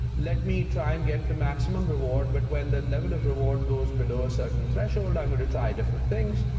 let me try and get the maximum reward but when the level of reward goes below a certain threshold i'm going to try different things.